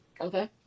Okay